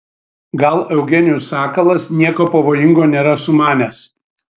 gal eugenijus sakalas nieko pavojingo nėra sumanęs